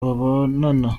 babonana